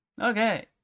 Okay